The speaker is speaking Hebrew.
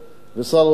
ושר האוצר,